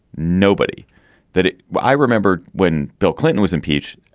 nobody that i remember when bill clinton was impeached.